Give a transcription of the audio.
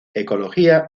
ecología